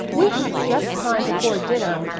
we have just time before dinner,